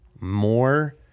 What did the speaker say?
more